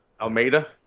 Almeida